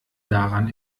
daran